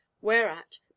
Whereat